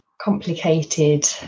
complicated